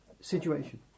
Situation